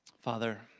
Father